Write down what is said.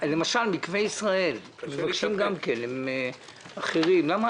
מקווה ישראל, למשל, וגם אחרים מבקשים.